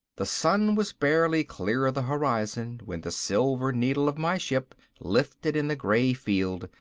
the sun was barely clear of the horizon when the silver needle of my ship lifted in the gray field,